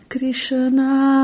Krishna